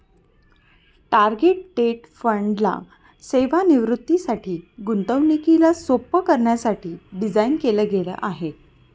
target date fund ला सेवानिवृत्तीसाठी, गुंतवणुकीला सोप्प करण्यासाठी डिझाईन केल गेल आहे